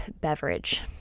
beverage